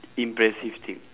impressive thing